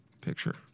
Picture